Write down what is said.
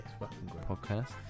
podcast